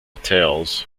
tales